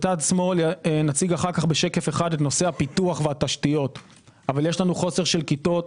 נציג אחר כך את נושא הפיתוח והתשתיות אבל יש לנו חוסר כיתות.